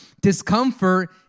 discomfort